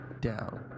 down